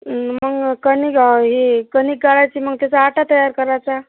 मग कणी हे कणिक गाळायची मग त्याचा आटा तयार करायचा